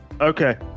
okay